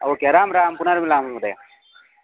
okay Ram Ram पुनर्मिलामः महोदय